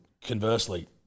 Conversely